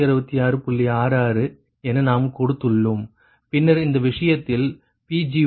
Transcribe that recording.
66 என நாம் கொடுத்துள்ளோம் பின்னர் இந்த விஷயத்தில் Pg1161